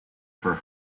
for